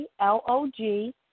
L-O-G